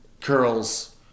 curls